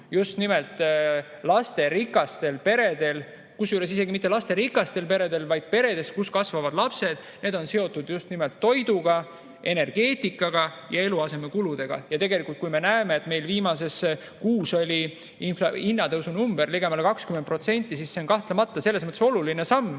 just nimelt lasterikastel peredel, kusjuures isegi mitte ainult lasterikastel peredel, vaid üldse peredel, kus kasvavad lapsed. Need on seotud just nimelt toiduga, energeetikaga ja eluasemekuludega. Ja tegelikult, kui me näeme, et meil viimasel kuul oli hinnatõusu number ligemale 20%, siis see on kahtlemata oluline samm,